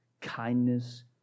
kindness